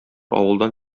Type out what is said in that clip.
авылдан